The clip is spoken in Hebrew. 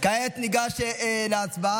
כעת ניגש להצבעה.